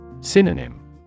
Synonym